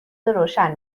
روشن